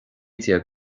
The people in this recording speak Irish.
déag